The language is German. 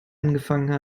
angefangen